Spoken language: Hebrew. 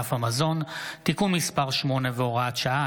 בענף המזון (תיקון מס' 8 והוראת שעה),